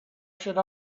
should